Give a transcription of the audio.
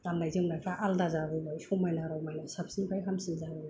गाननाय जोमनायफ्रा आलादा जाबोबाय समायना रमायना साबसिननिफ्राय हामसिन जाबोबाय